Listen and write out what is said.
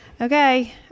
Okay